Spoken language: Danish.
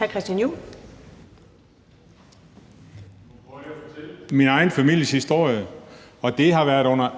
jeg at fortælle min egen families historie, og det har været under